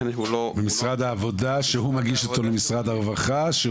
ומשרד העבודה שהוא מגיש אותו למשרד הרווחה.